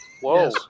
Whoa